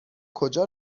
کجا